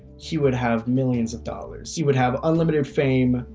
he would have millions of dollars. he would have unlimited fame,